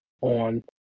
on